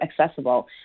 accessible